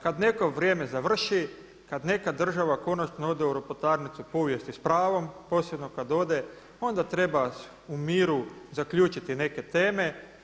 Kad neko vrijeme završi, kad neka država konačno ode u ropotarnicu povijesti s pravom posebno kad ode onda treba u miru zaključiti neke teme.